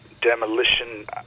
demolition